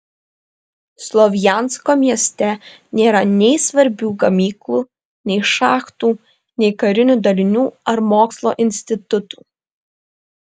slovjansko mieste nėra nei svarbių gamyklų nei šachtų nei karinių dalinių ar mokslo institutų